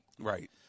Right